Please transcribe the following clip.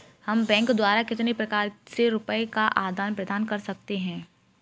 हम बैंक द्वारा कितने प्रकार से रुपये का आदान प्रदान कर सकते हैं?